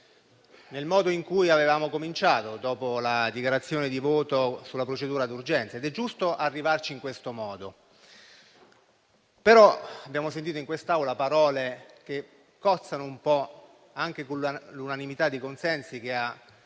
nel modo in cui avevamo cominciato, dopo la dichiarazione di voto sulla procedura di urgenza ed è giusto arrivarci in questo modo. Abbiamo però sentito in quest'Aula parole che cozzano un po' con l'unanimità di consensi che ha